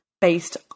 based